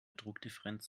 druckdifferenz